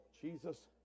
Jesus